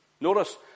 Notice